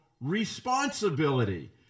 responsibility